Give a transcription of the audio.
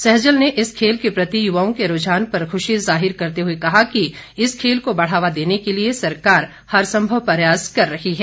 सैजल ने इस खेल के प्रति युवाओं के रूझान पर खुशी जाहिर करते हुए कहा कि इस खेल को बढ़ावा देने के लिए सरकार हर संभव प्रयास कर रही है